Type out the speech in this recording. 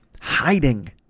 hiding